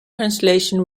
translation